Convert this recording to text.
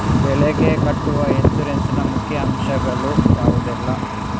ಬೆಳೆಗೆ ಕಟ್ಟುವ ಇನ್ಸೂರೆನ್ಸ್ ನ ಮುಖ್ಯ ಅಂಶ ಗಳು ಯಾವುದೆಲ್ಲ?